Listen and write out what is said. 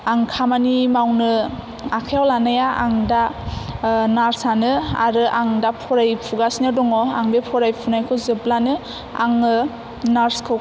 आं खामानि मावनो आखायाव लानाया आं दा नार्सआनो आरो आं दा फरायफुगासिनो दङ आं बे फरायफुनायखौ जोबब्लानो आङो नार्सखौ